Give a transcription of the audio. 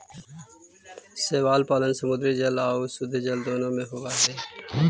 शैवाल पालन समुद्री जल आउ शुद्धजल दोनों में होब हई